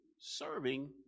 serving